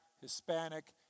Hispanic